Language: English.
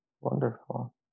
Wonderful